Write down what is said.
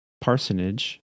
parsonage